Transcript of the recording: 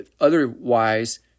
otherwise